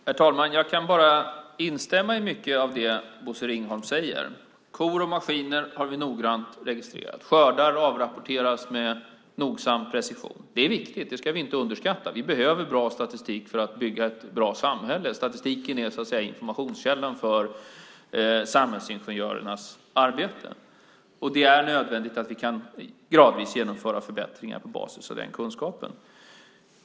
Herr talman! Jag kan instämma i mycket av det som Bosse Ringholm säger. Kor och maskiner har vi noggrant registrerat. Skördar avrapporteras med nogsam precision. Det är viktigt; det ska vi inte underskatta. Vi behöver bra statistik för att bygga ett bra samhälle, för statistiken är så att säga informationskällan för samhällsingenjörernas arbete. Det är nödvändigt att vi gradvis kan genomföra förbättringar på basis av den kunskapen.